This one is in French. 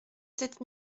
sept